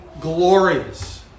glorious